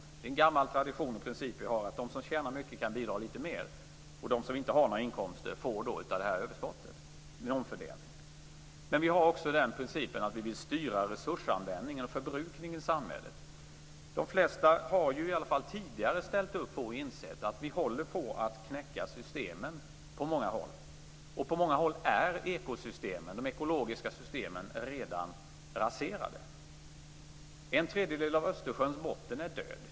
Det är en gammal tradition och princip som vi har att de som tjänar mycket kan bidra litet mer, och de som inte har några inkomster får då del av överskottet - en omfördelning. Men vi vill också styra resursanvändningen och förbrukningen i samhället. De flesta har ju i alla fall tidigare ställt upp på och insett att vi håller på att knäcka ekosystemen på många håll. På många håll är de ekologiska systemen redan raserade. En tredjedel av Östersjöns botten är död.